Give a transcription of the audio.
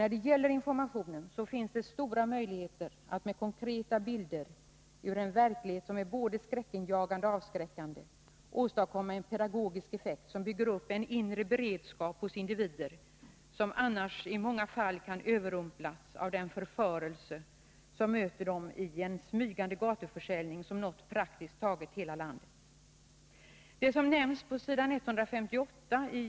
När det gäller denna information finns det stora möjligheter att med konkreta bilder ur en verklighet som är både skräckinjagande och avskräckande åstadkomma en pedagogisk effekt som bygger upp en inre beredskap hos individer som annars i många fall kan överrumplas av den förförelse som möter dem i en smygande gatuförsäljning som nått praktiskt taget hela landet. Det som nämns på s. 158 i bil.